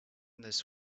this